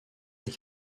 des